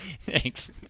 Thanks